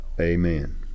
Amen